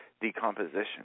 decomposition